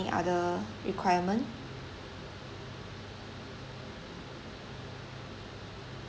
other requirement